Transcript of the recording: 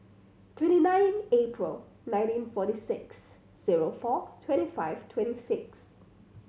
twenty nine April nineteen forty six zero four twenty five twenty six